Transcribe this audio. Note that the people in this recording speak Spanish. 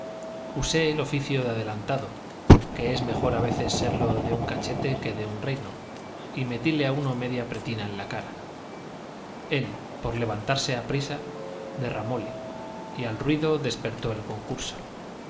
usé el oficio de adelantado que es mejor a veces serlo de un cachete que de un reino y metíle a uno media pretina en la cara él por levantarse aprisa derramóle y al ruido despertó el concurso